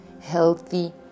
healthy